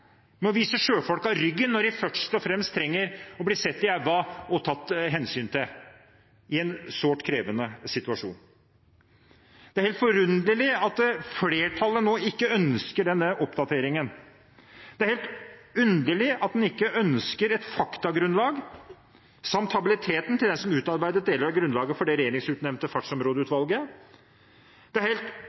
å vise sjøfolkene ryggen når de først og fremst trenger å bli sett i øynene og tatt hensyn til i en svært krevende situasjon. Det er helt forunderlig at flertallet ikke ønsker denne oppdateringen. Det er helt underlig at man ikke ønsker å vurdere faktagrunnlaget samt habiliteten til dem som utarbeidet deler av grunnlaget for det regjeringsutnevnte fartsområdeutvalget. Det er helt